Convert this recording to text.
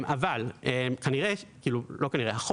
עם זאת,